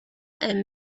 and